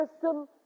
system